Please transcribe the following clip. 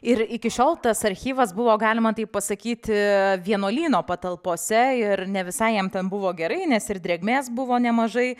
ir iki šiol tas archyvas buvo galima taip pasakyti vienuolyno patalpose ir ne visai jam buvo gerai nes ir drėgmės buvo nemažai